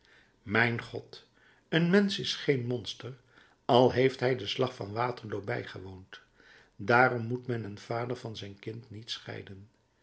mijn god een mensch is geen monster al heeft hij den slag van waterloo bijgewoond daarom moet men een vader van zijn kind niet scheiden